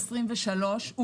זה 2023 אולי.